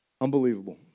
Unbelievable